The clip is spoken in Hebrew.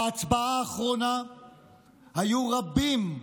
בהצבעה האחרונה היו רבים,